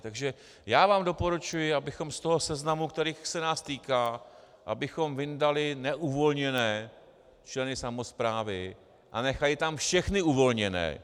Takže vám doporučuji, abychom z toho seznamu, který se nás týká, vyndali neuvolněné členy samosprávy a nechali tam všechny uvolněné.